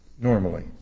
normally